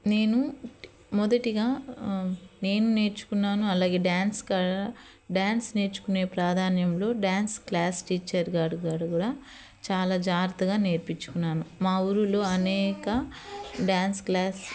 నేను మొదటిగా నేను నేర్చుకున్నాను అలాగే డాన్స్ డాన్స్ నేర్చుకునే ప్రాధాన్యంలో డాన్స్ క్లాస్ టీచర్గా అడుగడుగున చాలా జాగ్రత్తగా నేర్పించుకున్నాను మా ఊర్లో అనేక డాన్స్ క్లాస్